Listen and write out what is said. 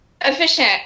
efficient